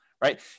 right